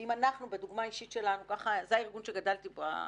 ואם אנחנו בדוגמה אישית שלנו זה הארגון שגדלתי בו,